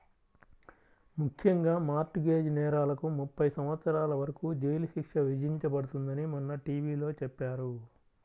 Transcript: ముఖ్యంగా mortgage నేరాలకు ముప్పై సంవత్సరాల వరకు జైలు శిక్ష విధించబడుతుందని మొన్న టీ.వీ లో చెప్పారు